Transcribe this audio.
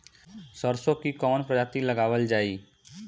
सरसो की कवन प्रजाति लगावल जाई?